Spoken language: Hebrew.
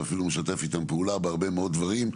ואפילו משתף איתם פעולה בהרבה מאוד דברים,